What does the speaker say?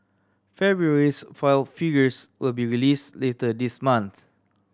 February's foil figures will be release later this month